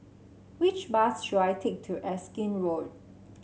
which bus should I take to Erskine Road